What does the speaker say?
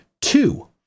Two